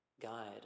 guide